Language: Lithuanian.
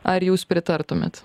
ar jūs pritartumėt